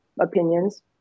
opinions